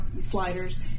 sliders